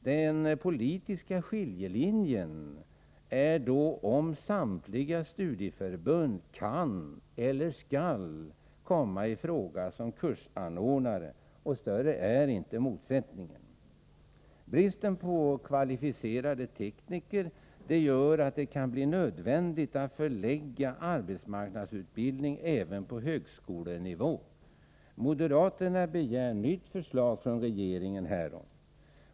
Den politiska skiljelinjen är då om samtliga studieförbund kan eller skall komma i fråga som kursanordnare. Större är inte motsättningen! Bristen på kvalificerade tekniker gör att det kan bli nödvändigt att förlägga arbetsmarknadsutbildning även på högskolenivå. Moderaterna begär nytt förslag från regeringen härom.